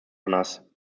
runners